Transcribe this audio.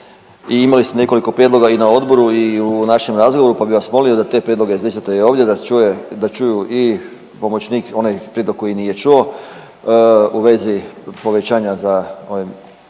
I imali ste nekoliko prijedloga i na odboru i u našem razgovoru, pa bih vas molio da te prijedloge izlistate i ovdje, da čuju i pomoćnik onaj prijedlog koji nije čuo u vezi povećanja za ove,